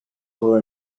for